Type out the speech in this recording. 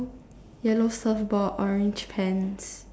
yellow yellow surf board orange pants